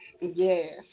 Yes